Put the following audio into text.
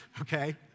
Okay